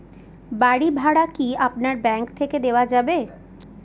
বাড়ী ভাড়া কি আপনার ব্যাঙ্ক থেকে দেওয়া যাবে?